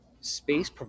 space